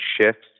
shifts